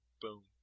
boom